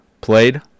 played